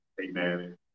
amen